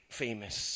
famous